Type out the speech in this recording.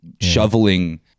shoveling